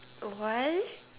um why